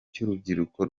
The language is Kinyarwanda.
cy’urubyiruko